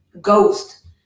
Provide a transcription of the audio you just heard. ghost